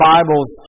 Bibles